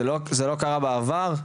זה לא קרה בעבר?